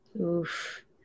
Oof